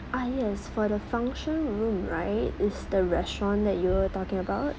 ah yes for the function room right is the restaurant that you were talking about